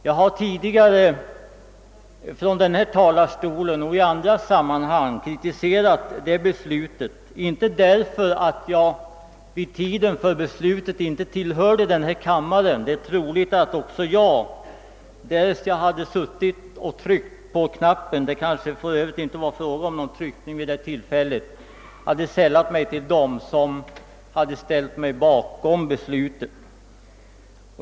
Jag har tidigare från denna talarstol och i andra sammanhang kritiserat det beslutet, inte därför att jag vid tiden för beslutet inte tillhörde denna kammare — det är troligt att också jag, därest jag hade tryckt på knappen, hade sällat mig till dem som ställde sig bakom beslutet.